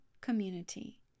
community